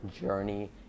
Journey